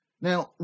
now